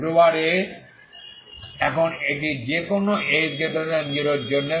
a এখন এটি যেকোন a0 এর জন্য